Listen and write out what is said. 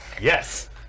Yes